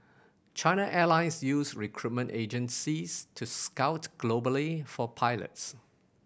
China airlines use recruitment agencies to scout globally for pilots